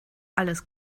alles